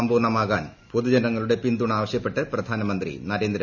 സമ്പൂർണമാകാൻ ഉപ്പാതു്ജനങ്ങളുടെ പിന്തുണ ആവശ്യപ്പെട്ട് പ്രധാന്മ്ന്ത്രി നരേന്ദ്രമോദി